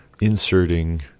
inserting